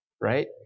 right